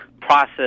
process